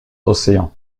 océan